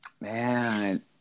man